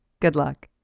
good luck!